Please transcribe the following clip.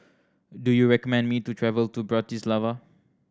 do you recommend me to travel to Bratislava